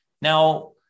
Now